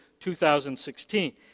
2016